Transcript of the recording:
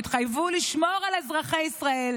שהתחייבו לשמור על אזרחי ישראל,